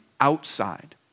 outside